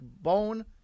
Bone